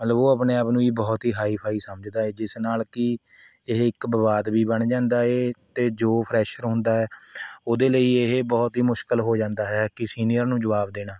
ਮਤਲਬ ਉਹ ਆਪਣੇ ਆਪ ਨੂੰ ਜੀ ਬਹੁਤ ਹੀ ਹਾਈ ਫ਼ਾਈ ਸਮਜਦਾ ਏ ਜਿਸ ਨਾਲ਼ ਕਿ ਇਹ ਇੱਕ ਵਿਵਾਦ ਵੀ ਬਣ ਜਾਂਦਾ ਏ ਅਤੇ ਜੋ ਫਰੈਸ਼ਰ ਹੁੰਦਾ ਹੈ ਉਹਦੇ ਲਈ ਇਹ ਬਹੁਤ ਹੀ ਮੁਸ਼ਕਿਲ ਹੋ ਜਾਂਦਾ ਹੈ ਕਿ ਸੀਨੀਅਰ ਨੂੰ ਜਵਾਬ ਦੇਣਾ